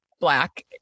black